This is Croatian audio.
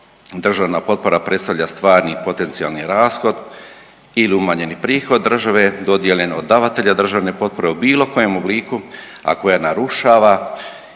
državna potpora predstavlja stvarni i potencijalni rashod ili umanjeni prihod države dodijeljen od davatelja državne potpore u bilo kojem obliku, a koje narušava